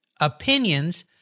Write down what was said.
opinions